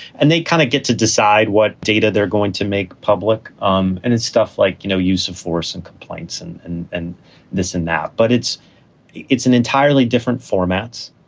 and they kind of get to decide what data they're going to make public. um and it's stuff like, you know, use of force and complaints and and this and that. but it's it's an entirely different formats.